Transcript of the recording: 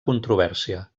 controvèrsia